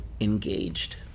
engaged